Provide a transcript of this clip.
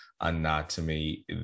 Anatomy